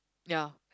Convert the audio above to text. ya